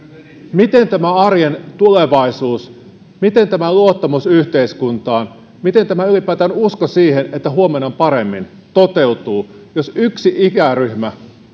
miten tämä arjen tulevaisuus luottamus yhteiskuntaan ylipäätään usko siihen että huomenna on paremmin toteutuu jos yksi ikäryhmä